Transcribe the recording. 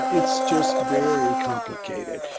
it's just very complicated.